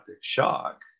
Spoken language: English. shock